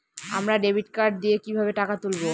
আমরা debit card দিয়ে কিভাবে টাকা তুলবো?